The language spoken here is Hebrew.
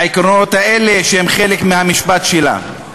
בעקרונות האלה, שהם חלק מהמשפט שלה.